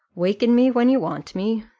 waken me when you want me,